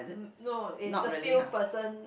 mm no it's a few person